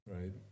right